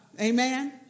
Amen